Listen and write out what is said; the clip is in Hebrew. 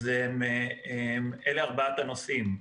אלה ארבעת הנושאים.